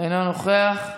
אינו נוכח,